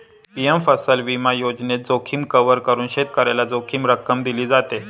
PM फसल विमा योजनेत, जोखीम कव्हर करून शेतकऱ्याला जोखीम रक्कम दिली जाते